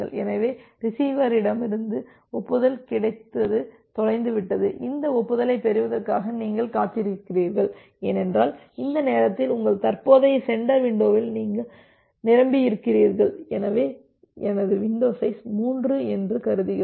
எனவே ரிசீவரிடமிருந்து ஒப்புதல் கிடைத்தது தொலைந்து விட்டது இந்த ஒப்புதலைப் பெறுவதற்காக நீங்கள் காத்திருக்கிறீர்கள் ஏனென்றால் இந்த நேரத்தில் உங்கள் தற்போதைய சென்டர் விண்டோவில் நீங்கள் நிரம்பியிருக்கிறீர்கள் எனவே எனது வின்டோ சைஸ் 3 என்று கருதுகிறோம்